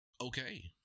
okay